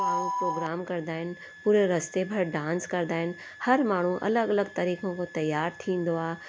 माण्हू प्रोग्राम कंदा आहिनि पूरे रस्ते भर डांस कंदा आहिनि हर माण्हू अलॻि अलॻि तरीक़े सां तयारु थींदो आहे